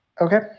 okay